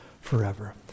forever